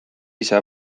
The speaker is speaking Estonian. ise